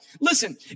listen